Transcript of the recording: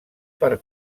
per